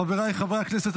חבריי חברי הכנסת,